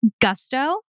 Gusto